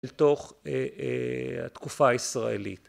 לתוך התקופה הישראלית.